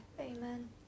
Amen